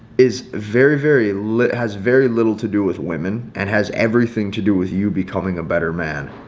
is very, very low. it has very little to do with women and has everything to do with you becoming a better man.